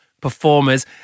performers